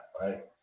right